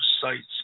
sites